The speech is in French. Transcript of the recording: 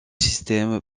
système